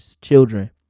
children